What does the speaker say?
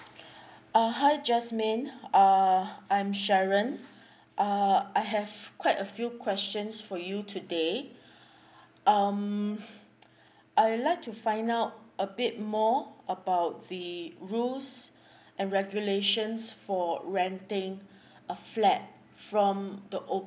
uh hi jasmine err I'm sharon uh I have quite a few questions for you today um I would like to find out a bit more about the rules and regulations for renting a flat from the open